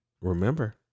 remember